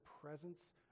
presence